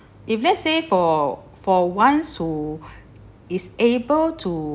if let's say for for ones who is able to